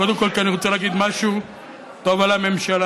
קודם כול כי אני רוצה להגיד משהו טוב על הממשלה.